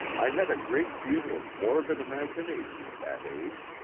i had a great deal of morbid imagination at that age,